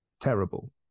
terrible